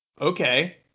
Okay